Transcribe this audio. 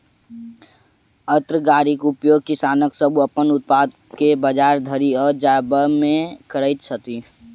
अन्न गाड़ीक उपयोग किसान सभ अपन उत्पाद के बजार धरि ल जायबामे करैत छथि